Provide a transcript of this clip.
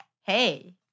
Hey